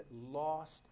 lost